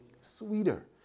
sweeter